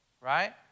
right